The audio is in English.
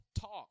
talk